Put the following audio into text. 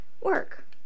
work